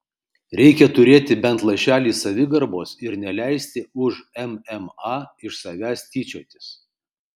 reikia turėti bent lašelį savigarbos ir neleisti už mma iš savęs tyčiotis